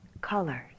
colors